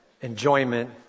enjoyment